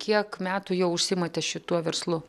kiek metų jau užsiimate šituo verslu